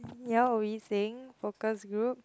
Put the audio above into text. ya were we saying focus group